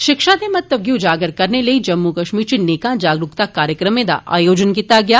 शिक्षा दे महत्व गी उजागर करने लेई जम्मू कश्मीर इच नेकां जागरूकता कार्यक्रमें दा आयोजन कीता गेआ